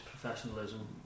professionalism